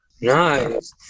nice